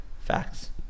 Facts